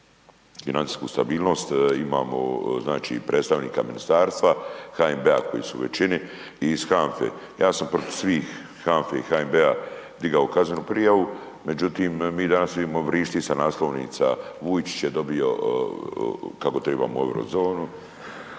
financijsku stabilnost, imamo znači predstavnika ministarstva, HNB-a koji su u većini i iz HANFE. Ja sam protiv svih HANFE i HNB-a digao kaznenu prijavu, međutim mi danas imamo, vrišti sa naslovnica Vujčić je dobio kako tribamo u euro zonu